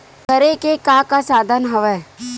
करे के का का साधन हवय?